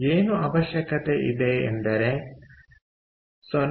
ಏನು ಅವಶ್ಯಕತೆ ಇದೆ ಎಂದರೆ 0